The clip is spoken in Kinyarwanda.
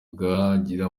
ukagira